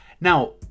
Now